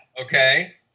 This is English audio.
okay